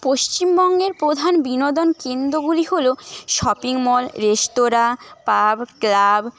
পশ্চিমবঙ্গের প্রধান বিনোদন কেন্দ্রগুলি হল shopping mall restaurant pub club